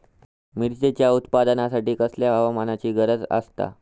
मिरचीच्या उत्पादनासाठी कसल्या हवामानाची गरज आसता?